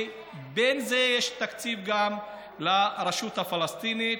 ובין זה יש תקציב גם לרשות הפלסטינית.